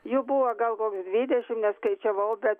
jų buvo gal koks dvidešim neskaičiavau bet